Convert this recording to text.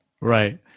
Right